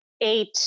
eight